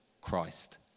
Christ